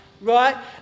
right